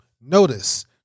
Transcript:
Notice